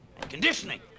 conditioning